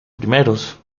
primeros